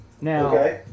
Now